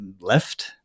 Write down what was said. left